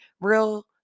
Real-